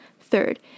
Third